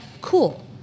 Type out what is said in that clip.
Cool